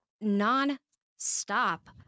non-stop